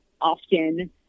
often